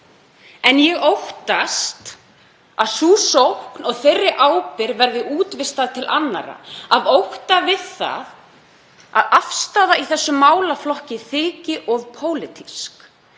En ég óttast að þeirri sókn og þeirri ábyrgð verði útvistað til annarra af ótta við það að afstaða í þessum málaflokki þyki of pólitísk.